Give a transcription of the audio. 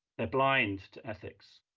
they're blind to ethics.